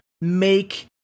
make